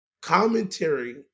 Commentary